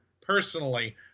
personally